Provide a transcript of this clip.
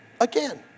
again